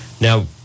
Now